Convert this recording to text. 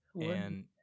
and-